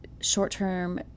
short-term